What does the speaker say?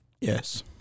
Yes